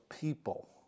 people